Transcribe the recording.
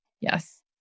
Yes